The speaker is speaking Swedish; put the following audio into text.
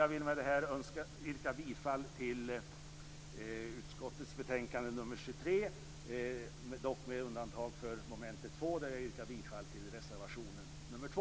Jag vill med detta yrka bifall till hemställan i utskottets betänkande nr 23, dock med undantag under mom. 2 där jag yrkar bifall till reservation nr 2.